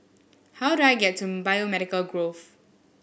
how do I get to Biomedical Grove